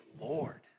Lord